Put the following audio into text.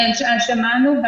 כן, שמענו.